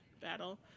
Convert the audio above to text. Battle